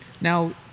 Now